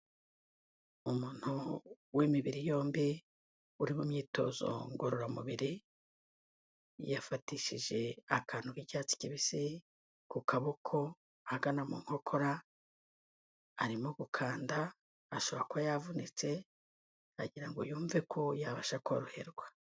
Umuntu w'imibiri yombi uri mu imyitozo ngororamubiri, yafatishije akantu k'icyatsi kibisi ku kaboko ahagana mu nkokora, arimo gukanda ashobora kuba yavunitse, agira ngo yumve ko yabasha koroherwa.